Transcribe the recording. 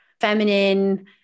feminine